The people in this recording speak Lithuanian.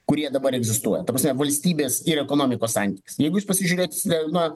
kurie dabar egzistuoja ta prasme valstybės ir ekonomikos santykis jeigu jūs pasižiūrėsite na